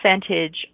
percentage